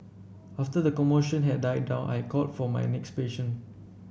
after the commotion had died down I called for my next patient